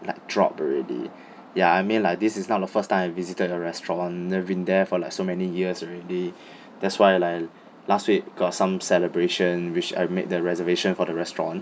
like drop already ya I mean like this is not the first time I visited your restaurant I've been there for like so many years already that's why like last week got some celebration which I made the reservation for the restaurant